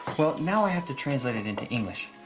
well, now i have to translate it into english.